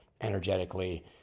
energetically